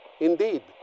Indeed